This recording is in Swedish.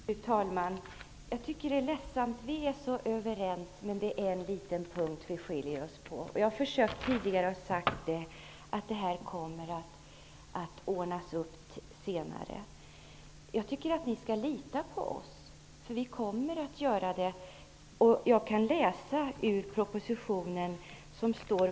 Fru talman! Jag tycker att det är ledsamt -- vi är så överens, men vi skiljer oss åt i fråga om en liten punkt. Jag har tidigare försökt säga att det här kommer att ordnas upp senare. Jag tycker att ni skall lita på oss, för vi kommer att ordna upp det här.